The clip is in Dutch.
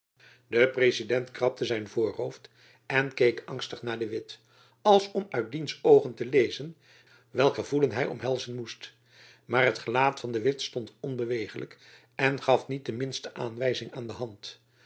de prezident krabde zijn voorhoofd en keek angstig naar de witt als om uit diens oogen te lezen welk gevoelen hy omhelzen moest maar het gelaat van de witt stond onbeweeglijk en gaf niet de minste aanwijzing aan de hand